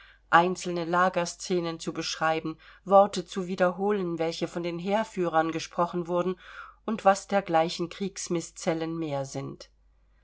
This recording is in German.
einzelne lagerscenen zu beschreiben worte zu wiederholen welche von den heerführern gesprochen wurden und was dergleichen kriegsmiscellen mehr sind